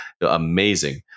Amazing